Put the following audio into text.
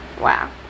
Wow